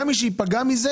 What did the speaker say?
גם מי שייפגע מזה